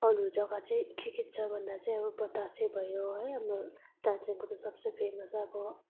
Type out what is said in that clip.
अरू जग्गा चाहिँ के के छ भन्दा चाहिँ अब बतासे भयो है अनि यो दार्जिलिङको सबसे पुरानो चाहिँ अब